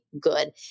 good